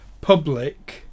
public